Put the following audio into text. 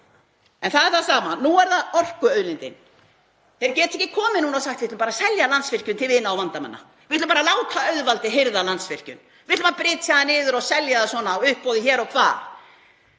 En það er það sama. Nú er það orkuauðlindin. Þeir geta ekki komið núna og sagt: Við ætlum bara að selja Landsvirkjun til vina og vandamanna. Við ætlum bara að láta auðvaldið hirða Landsvirkjun. Við ætlum að brytja hana niður og selja hana á uppboði hér og hvar.